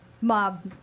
mob